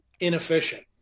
inefficient